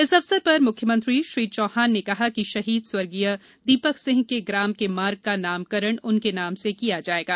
इस अवसर पर मुख्यमंत्री श्री चौहान ने कहा कि शहीद स्व दीपक सिंह के ग्राम के मार्ग का नामकरण उनके नाम से किया जाएगा